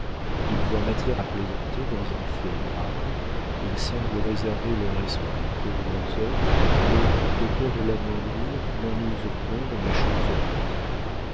ils voient matière à plaisanter dans un fait grave ils semblent réserver leur esprit pour leurs œuvres et de peur de l'amoindrir n'en usent point dans les choses de la vie